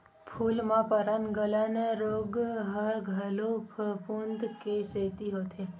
फूल म पर्नगलन रोग ह घलो फफूंद के सेती होथे